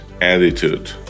attitude